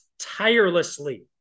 tirelessly